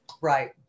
right